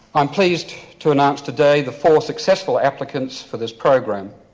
i'm pleased to announce today the four successful applicants for this program.